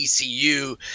ECU